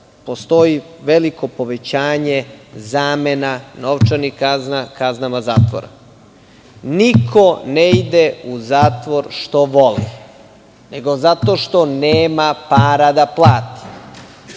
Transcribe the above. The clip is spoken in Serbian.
postoji veliko povećanje zamena novčanih kazni kaznama zatvora. Niko ne ide u zatvor što voli, nego zato što nema para da plati.